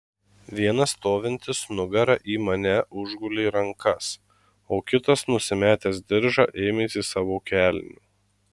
vienas stovintis nugara į mane užgulė rankas o kitas nusimetęs diržą ėmėsi savo kelnių